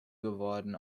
geworden